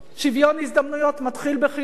שוויון הזדמנויות מתחיל בחינוך,